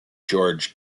george